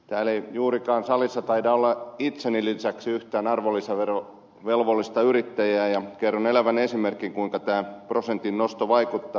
täällä salissa ei juurikaan taida olla itseni lisäksi yhtään arvonlisäverovelvollista yrittäjää ja kerron elävän esimerkin kuinka tämä prosentin nosto vaikuttaa